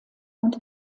und